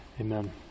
Amen